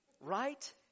Right